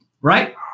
right